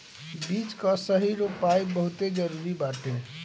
बीज कअ सही रोपाई बहुते जरुरी बाटे